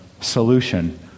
solution